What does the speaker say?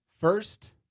First